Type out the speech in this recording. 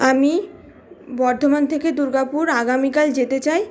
আমি বর্ধমান থেকে দুর্গাপুর আগামীকাল যেতে চাই